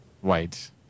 White